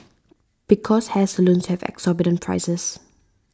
because hair salons have exorbitant prices